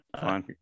Fine